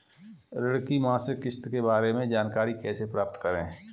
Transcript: ऋण की मासिक किस्त के बारे में जानकारी कैसे प्राप्त करें?